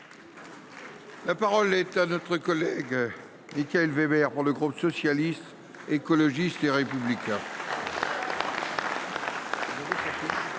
La parole est à M. Michaël Weber, pour le groupe Socialiste, Écologiste et Républicain.